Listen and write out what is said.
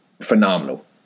phenomenal